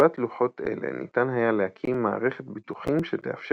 בעזרת לוחות אלה ניתן היה להקים מערכת ביטוחים שתאפשר